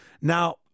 now